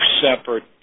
separate